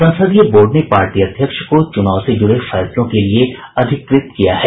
संसदीय बोर्ड ने पार्टी अध्यक्ष को चुनाव से जुड़े फैसलों के लिये अधिकृत किया है